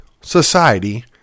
society